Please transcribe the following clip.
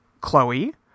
Chloe